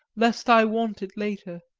lest i want it later.